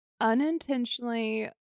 unintentionally